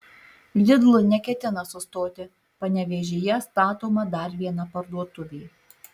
lidl neketina sustoti panevėžyje statoma dar viena parduotuvė